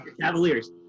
cavaliers